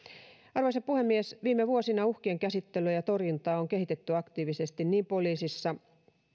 arvoisa puhemies viime vuosina uhkien käsittelyä ja torjuntaa on kehitetty aktiivisesti niin poliisissa